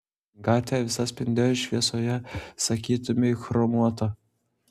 gatvė visa spindėjo šviesoje sakytumei chromuota